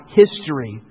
history